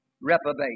reprobate